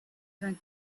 vaincu